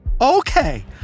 Okay